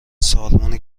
سالمون